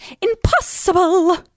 impossible